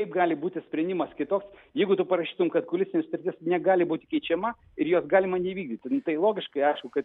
kaip gali būti sprendimas kitoks jeigu tu parašytum kad koalicinė sutartis negali būt keičiama ir jos galima neįvykdyti nu tai logiškai aišku kad